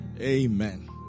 Amen